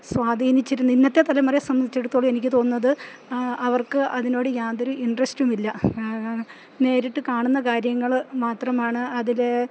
സ്വാധീനിച്ചിരുന്നു ഇന്നത്തെ തലമുറയെ സംബന്ധിച്ചിടത്തോളം എനിക്ക് തോന്നുന്നത് അവർക്ക് അതിനോട് യാതൊരു ഇൻട്രസ്റ്റുമില്ല നേരിട്ട് കാണുന്ന കാര്യങ്ങള് മാത്രമാണ് അതിലെ